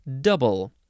double